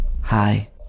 Hi